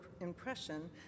impression